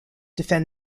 defend